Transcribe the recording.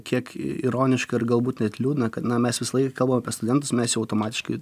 kiek ironiška ir galbūt net liūdna kad na mes visą laiką kalbam apie studentus mes jau automatiškai